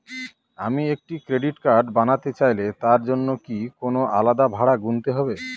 আমি একটি credit card বানাতে চাইলে তার জন্য কি কোনো আলাদা ভাড়া গুনতে হবে?